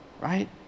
right